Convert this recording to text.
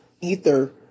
Ether